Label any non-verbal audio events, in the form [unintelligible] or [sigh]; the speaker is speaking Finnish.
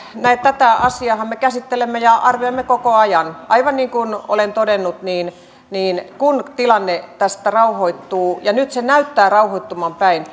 tätä asiaahan me käsittelemme ja arvioimme koko ajan aivan niin kuin olen todennut kun tilanne tästä rauhoittuu ja nyt se näyttää olevan rauhoittumaan päin [unintelligible]